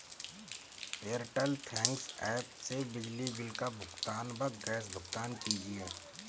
Airtel thanks app से बिजली bill का भुगतान व गैस भुगतान कीजिए